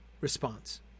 response